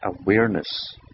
awareness